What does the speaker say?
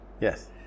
Yes